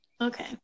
Okay